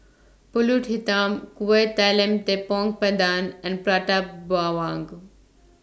Pulut Hitam Kueh Talam Tepong Pandan and Prata Bawang